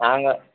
நாங்கள்